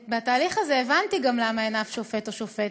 בתהליך הזה גם הבנתי למה אין אף שופט או שופטת,